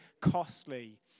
costly